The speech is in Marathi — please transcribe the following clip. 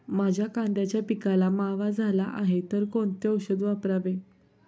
माझ्या कांद्याच्या पिकाला मावा झाला आहे तर कोणते औषध वापरावे?